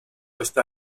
está